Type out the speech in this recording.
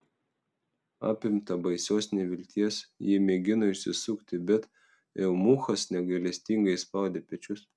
apimta baisios nevilties ji mėgino išsisukti bet eunuchas negailestingai spaudė pečius